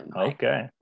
Okay